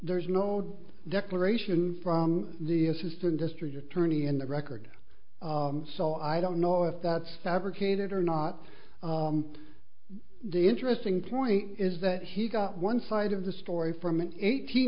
there's no declaration from the assistant district attorney in the record so i don't know if that's fabricated or not the interesting point is that he got one side of the story from an eighteen